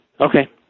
Okay